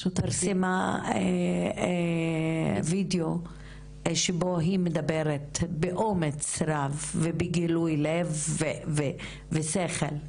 היא צילמה ווידאו שבו היא מדברת באומץ רב ובגילוי לב ושכל.